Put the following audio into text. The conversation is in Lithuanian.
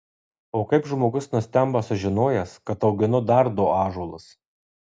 o kaip žmogus nustemba sužinojęs kad auginu dar du ąžuolus